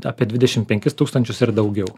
apie dvidešim penkis tūkstančius ir daugiau